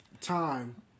time